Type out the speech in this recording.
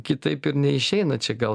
kitaip ir neišeina čia gal